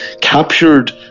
captured